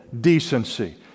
decency